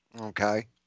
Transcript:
Okay